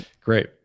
Great